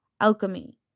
Alchemy